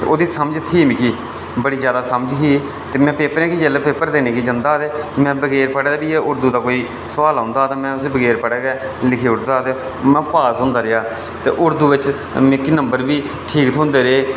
ओह्दी समझ थी मिगी बड़ी जैदा समझ ही ते में पेपरें गी जेल्लै पेपर देने गी जंदा हा ते में बगैर पढ़ै गै उर्दू दा कोई बी सोआल औंदा हा ते में उसी बगैर पढ़े गै लिखी ओड़दा हा ते में पास होंदा रेहा ते उर्दू बिच मिगी नंबर बी ठीक थ्होंदे रेह्